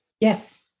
Yes